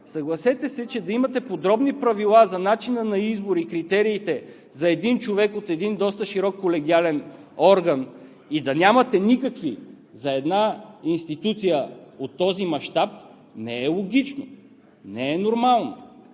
съгласете се, че да имате подробни правила за начина на избор и критериите за един човек от един доста широк колегиален орган и да нямате никакви за една институция от този мащаб, не е логично, не е нормално.